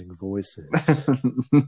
voices